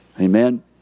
Amen